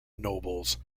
nobles